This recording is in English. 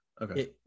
okay